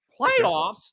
Playoffs